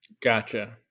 gotcha